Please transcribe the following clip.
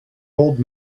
old